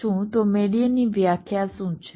તો મેડીઅનની વ્યાખ્યા શું છે